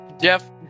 Jeff